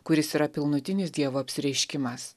kuris yra pilnutinis dievo apsireiškimas